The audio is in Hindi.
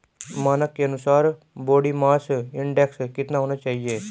मानक के अनुसार बॉडी मास इंडेक्स कितना होना चाहिए?